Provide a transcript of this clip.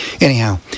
Anyhow